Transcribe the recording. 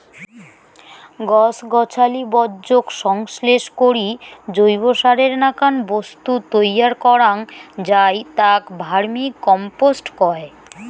গছ গছালি বর্জ্যক সংশ্লেষ করি জৈবসারের নাকান বস্তু তৈয়ার করাং যাই তাক ভার্মিকম্পোস্ট কয়